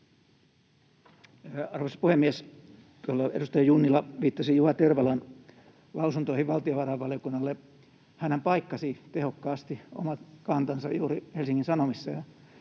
Arvoisa puhemies! Tuolla edustaja Junnila viittasi Juha Tervalan lausuntoihin valtiovarainvaliokunnalle. Hänhän paikkasi tehokkaasti omat kantansa juuri Helsingin Sanomissa